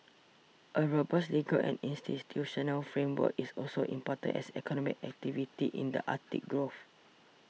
a robust legal and institutional framework is also important as economic activity in the Arctic grows